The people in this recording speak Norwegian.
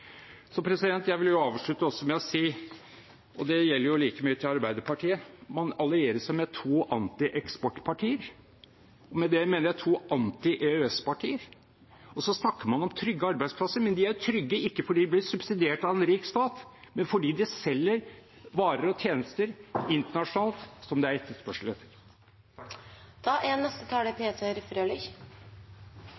Jeg vil avslutte med å si, og det gjelder like mye til Arbeiderpartiet: Man allierer seg med to antieksportpartier. Med det mener jeg to anti-EØS-partier. Så snakker man om trygge arbeidsplasser. Men de er trygge, ikke fordi de blir subsidiert av en rik stat, men fordi de selger varer og tjenester internasjonalt som det er etterspørsel etter. Peter Frølich [15:06:43]: Dette er